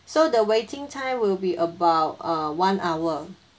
so the waiting time will be about uh one hour